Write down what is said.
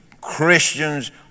Christians